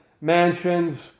mansions